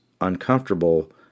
uncomfortable